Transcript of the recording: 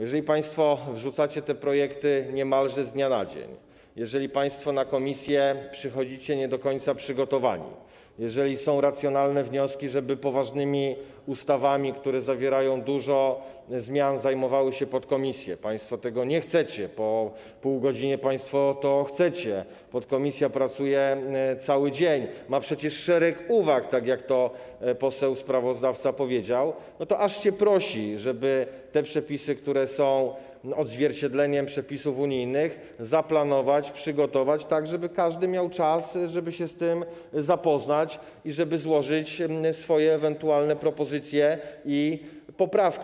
Jeżeli państwo wrzucacie te projekty niemalże z dnia na dzień, jeżeli państwo przychodzicie na posiedzenie komisji nie do końca przygotowani, jeżeli są racjonalne wnioski, żeby poważnymi ustawami, które zawierają dużo zmian, zajmowały się podkomisje - państwo tego nie chcecie, po półgodzinie państwo tego chcecie, podkomisja pracuje cały dzień, ma przecież szereg uwag, tak jak to powiedział poseł sprawozdawca - to aż się prosi, żeby te przepisy, które są odzwierciedleniem przepisów unijnych, zaplanować i przygotować tak, żeby każdy miał czas się z nimi zapoznać i złożyć swoje ewentualne propozycje i poprawki.